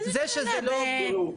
תראו,